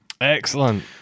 Excellent